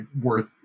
worth